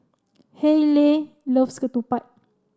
Hayleigh loves Ketupat